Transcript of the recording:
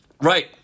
right